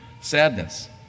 sadness